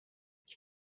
ich